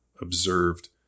observed